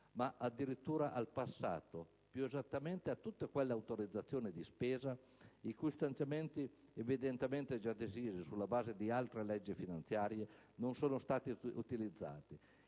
ma addirittura al passato, più esattamente a tutte quelle autorizzazioni di spesa i cui stanziamenti, evidentemente già decisi sulla base di altre leggi finanziarie, non sono stati utilizzati.